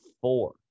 four